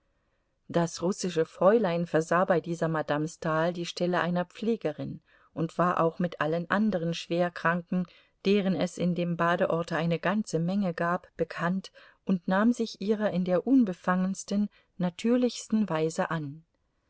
das russische fräulein versah bei dieser madame stahl die stelle einer pflegerin und war auch mit allen andern schwerkranken deren es in dem badeorte eine ganze menge gab bekannt und nahm sich ihrer in der unbefangensten natürlichsten weise an